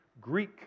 Greek